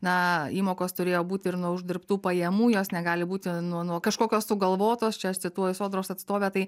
na įmokos turėjo būti ir nuo uždirbtų pajamų jos negali būti nuo nuo kažkokios sugalvotos čia aš cituoju sodros atstovę tai